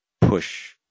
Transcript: push